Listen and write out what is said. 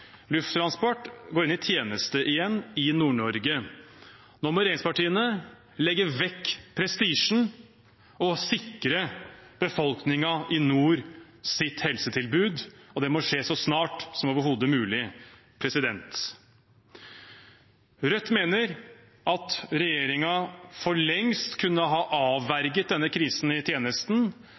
Lufttransport, går inn i tjeneste igjen i Nord-Norge. Nå må regjeringspartiene legge vekk prestisjen og sikre helsetilbudet til befolkningen i nord, og det må skje så snart som overhodet mulig. Rødt mener at regjeringen for lengst kunne ha avverget denne krisen i tjenesten